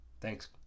thanks